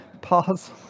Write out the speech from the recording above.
Pause